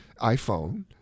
iPhone